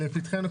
לפתחנו,